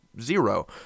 zero